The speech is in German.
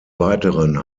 weiteren